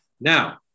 Now